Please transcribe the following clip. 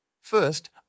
First